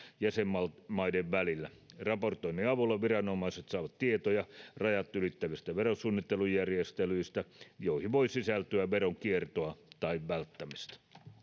jäsenmaiden välillä raportoinnin avulla viranomaiset saavat tietoja rajat ylittävistä verosuunnittelujärjestelyistä joihin voi sisältyä veronkiertoa tai veron välttämistä